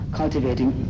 cultivating